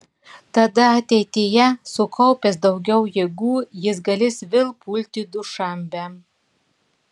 tada ateityje sukaupęs daugiau jėgų jis galės vėl pulti dušanbę